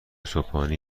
صبحانه